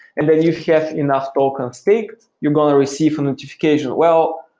and then you have enough tokens staked you're going to receive a notification. well,